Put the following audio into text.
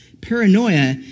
Paranoia